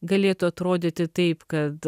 galėtų atrodyti taip kad